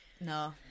no